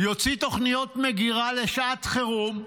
יוציא תוכניות מגירה לשעת חירום,